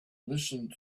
listened